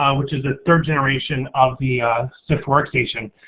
um which is a third generation of the ah sift workstation.